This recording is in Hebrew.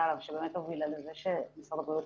עליו שבאמת הובילה לזה שמשרד הבריאות